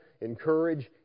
encourage